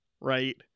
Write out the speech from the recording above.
right